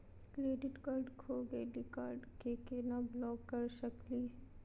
Credit card खो गैली, card क केना ब्लॉक कर सकली हे?